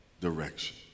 direction